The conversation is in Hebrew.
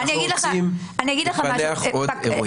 אנחנו רוצים לפענח עוד אירועים.